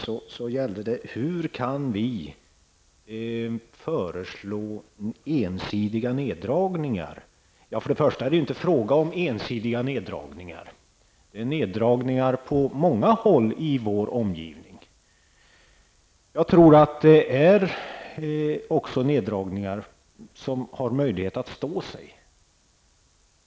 Det gäller hans fråga om hur vi kan föreslå ensidiga neddragningar. Då vill jag först och främst säga att det inte är fråga om några ensidiga neddragningar. Det sker ju neddragningar på många håll i vår omgivning. Jag tror att det handlar om neddragningar som kan stå sig.